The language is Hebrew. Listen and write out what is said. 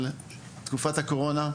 על תקופת הקורונה,